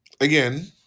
again